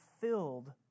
filled